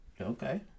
Okay